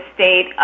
state